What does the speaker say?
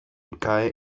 cae